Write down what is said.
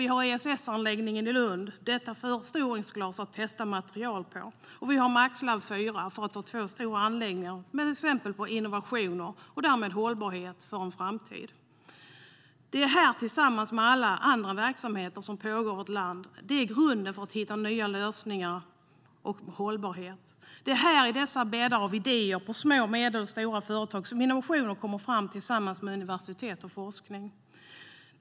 Vi har ESS-anläggningen i Lund - detta förstoringsglas för att testa material - och vi har Max IV-laboratoriet, för att ta två exempel på stora anläggningar med innovationer och därmed hållbarhet för en framtid. Det här, tillsammans med alla andra verksamheter som pågår i vårt land, är grunden för att hitta nya lösningar och hållbarhet. Det är här, i dessa bäddar av idéer på små och medelstora företag, som innovationer kommer fram tillsammans med universitet och forskning.